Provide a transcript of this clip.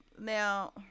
Now